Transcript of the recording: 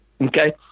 Okay